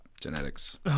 Genetics